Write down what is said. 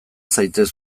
zaitez